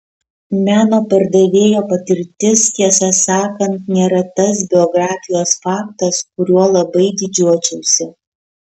meno pardavėjo patirtis tiesą sakant nėra tas biografijos faktas kuriuo labai didžiuočiausi